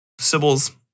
Sybil's